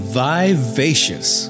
vivacious